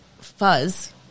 Fuzz